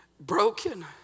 Broken